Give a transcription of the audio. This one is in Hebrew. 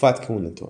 תקופת כהונתו